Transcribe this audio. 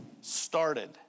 started